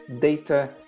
data